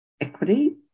equity